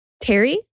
Terry